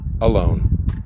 alone